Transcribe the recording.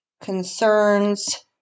concerns